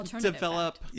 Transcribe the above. develop